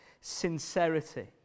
sincerity